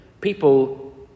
People